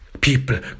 people